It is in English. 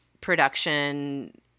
production